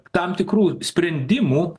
tam tikrų sprendimų